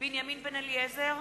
בנימין בן-אליעזר,